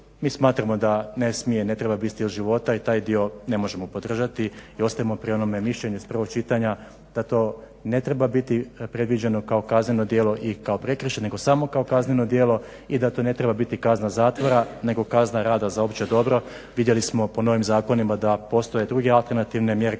mi smatramo da ne smije i ne treba biti stil života i taj dio ne možemo podržati i ostajemo pri onom mišljenju iz prvog čitanja da to ne treba biti predviđeno kao kazneno djelo i kao prekršaj nego samo kao kazneno djelo i da to ne treba biti kazna zatvora nego kazna rada za opće dobro. Vidjeli smo po novim zakonima da postoje druge alternativne mjere